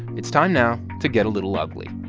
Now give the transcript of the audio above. it's time now to get a little ugly.